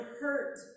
hurt